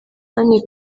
anne